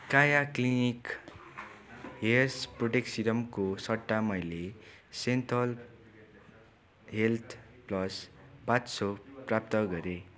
काया clinic hairs protect सेरमको सट्टा मैले Cinthol health plus bath soap प्राप्त गरेँ